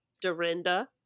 dorinda